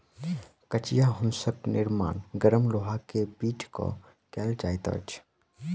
कचिया हाँसूक निर्माण गरम लोहा के पीट क कयल जाइत अछि